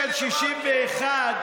באיזה עמוד?